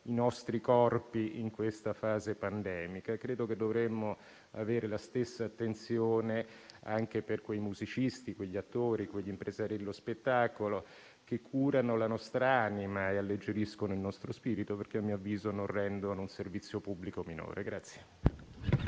i nostri corpi in questa fase pandemica. Credo che dovremmo avere la stessa attenzione anche per quei musicisti, quegli attori e quegli impresari dello spettacolo che curano la nostra anima e alleggeriscono il nostro spirito, perché a mio avviso non rendono un servizio pubblico minore.